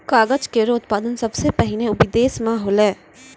कागज केरो उत्पादन सबसें पहिने बिदेस म होलै